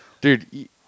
Dude